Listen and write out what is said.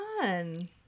fun